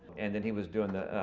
and then he was doing the